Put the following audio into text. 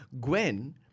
Gwen